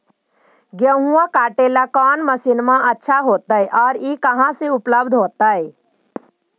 गेहुआ काटेला कौन मशीनमा अच्छा होतई और ई कहा से उपल्ब्ध होतई?